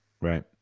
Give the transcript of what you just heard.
Right